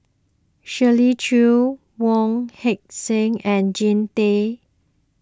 Shirley Chew Wong Heck Sing and Jean Tay